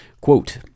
Quote